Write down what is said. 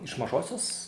iš mažosios